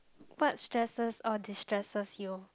what stresses or destresses you